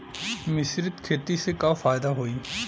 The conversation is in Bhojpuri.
मिश्रित खेती से का फायदा होई?